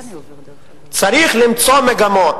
אחרת לגמרי,